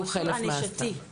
שהוא מסלול ענישתי,